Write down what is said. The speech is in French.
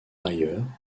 ailleurs